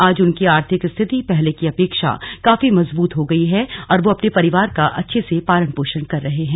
आज उनकी आर्थिक स्थिति पहले की अपेक्षा काफी मजबूत हो गई है और वह अपने परिवार का अच्छे से पालन पोषण कर रहे हैं